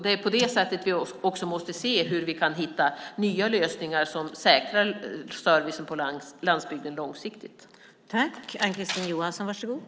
Det är på det sättet vi måste se hur vi kan hitta nya lösningar som långsiktigt säkrar servicen på landsbygden.